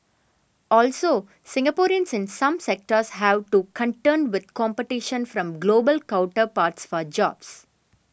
also Singaporeans in some sectors have to contend with competition from global counterparts for jobs